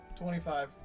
25